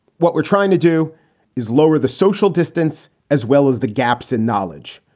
what we're trying to do is lower the social distance as well as the gaps in knowledge.